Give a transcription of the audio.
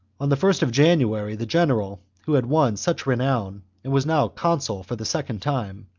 on the first of january the general who had won such renown, and was now consul for the second time,